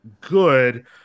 good